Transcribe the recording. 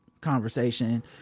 conversation